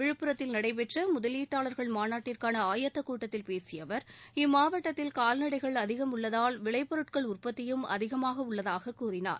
விழுப்புரத்தில் நடைபெற்ற முதலீட்டாளா்கள் மாநாட்டிற்கான ஆயத்தக் கூட்டத்தில் பேசிய அவர் இம்மாவட்டத்தில் கால்நடைகள் அதிகம் உள்ளதால் விளைபொருட்கள் உற்பத்தியும் அதிகமாக உள்ளதாகக் கூறினார்